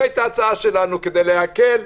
זו היתה ההצעה שלנו כדי להקל,